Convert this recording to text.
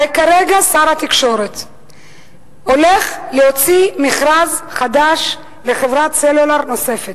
אבל כרגע שר התקשורת הולך להוציא מכרז חדש לחברת סלולר נוספת.